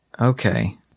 Okay